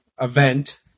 event